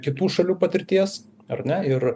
kitų šalių patirties ar ne ir